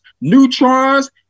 neutrons